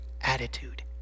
attitude